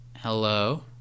Hello